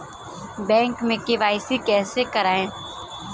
Bank में KYC कैसे करायें?